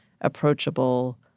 approachable